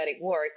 work